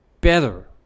better